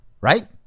right